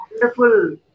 wonderful